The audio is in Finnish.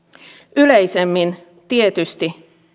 yleisemmin tietysti